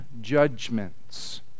judgments